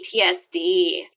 PTSD